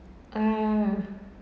oh